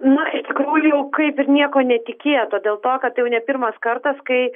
na iš tikrųjų kaip ir nieko netikėto dėl to kad tai jau ne pirmas kartas kai